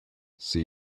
see